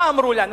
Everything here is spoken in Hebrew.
מה אמרו לנו,